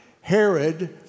Herod